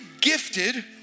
gifted